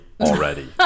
already